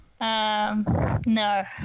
no